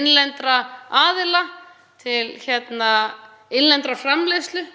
innlendra aðila, til innlendrar framleiðslu